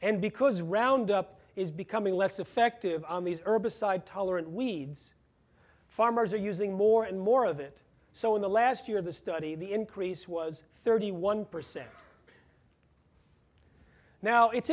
and because round up is becoming less effective on these herbicide tolerant weeds farmers are using more and more of it so in the last year of the study the increase was thirty one percent now it's